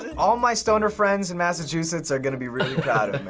all my stoner friends in massachusetts are gonna be really proud of me.